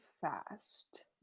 fast